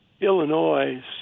Illinois